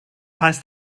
heißt